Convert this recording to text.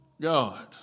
God